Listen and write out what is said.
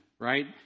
Right